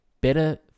better